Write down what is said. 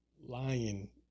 lying